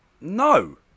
no